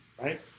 right